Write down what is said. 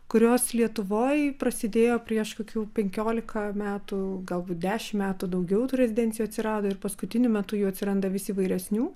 kurios lietuvoj prasidėjo prieš kokių penkiolika metų galbūt dešimt metų daugiau tų rezidencijų atsirado ir paskutiniu metu jų atsiranda vis įvairesnių